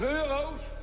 euro's